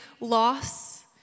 loss